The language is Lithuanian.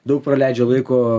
daug praleidžia laiko